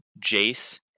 jace